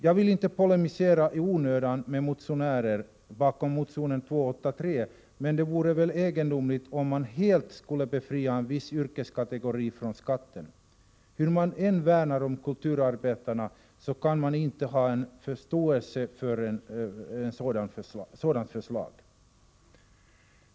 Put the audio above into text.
Jag vill inte polemisera i onödan med motionärerna bakom motion nr 283, men det vore väl egendomligt om man helt skulle befria en viss yrkeskategori från skatt. Hur mycket man än värnar om kulturarbetarna kan man inte ha förståelse för ett sådant förslag.